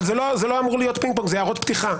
אבל זה לא אמור להיות פינג-פונג, זה הערות פתיחה.